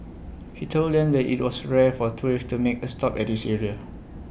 he told them that IT was rare for tourists to make A stop at this area